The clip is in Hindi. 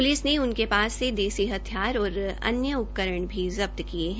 प्लिस ने उनके पास से देसी हथियार और अन्य उपकरण भी जब्त किए हैं